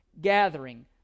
gathering